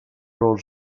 però